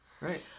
right